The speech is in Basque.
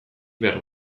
behar